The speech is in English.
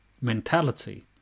mentality